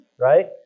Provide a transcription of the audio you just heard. Right